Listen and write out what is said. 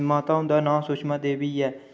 माता हुंदा नां सुषमा देवी ऐ